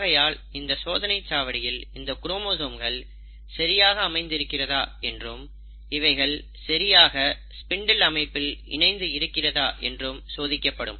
ஆகையால் இந்த சோதனைச்சாவடியில் இந்த குரோமோசோம்கள் சரியாக அமைந்திருக்கிறதா என்றும் இவைகள் சரியாக ஸ்பிண்டில் அமைப்பில் இணைந்து இருக்கிறதா என்றும் சோதிக்கப்படும்